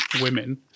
women